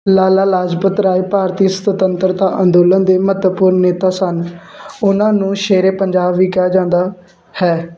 ਲਾਲਾ ਲਾਜਪਤ ਰਾਏ ਭਾਰਤੀ ਸੁਤੰਤਰਤਾ ਅੰਦੋਲਨ ਦੇ ਮਹੱਤਵਪੂਰਨ ਨੇਤਾ ਸਨ ਉਹਨਾਂ ਨੂੰ ਸ਼ੇਰ ਏ ਪੰਜਾਬ ਵੀ ਕਿਹਾ ਜਾਂਦਾ ਹੈ